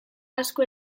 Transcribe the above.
asko